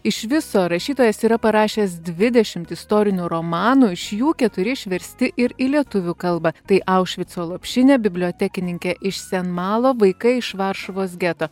iš viso rašytojas yra parašęs dvidešimt istorinių romanų iš jų keturi išversti ir į lietuvių kalbą tai aušvico lopšinė bibliotekininkė iš sen malo vaikai iš varšuvos geto